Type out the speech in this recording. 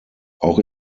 auch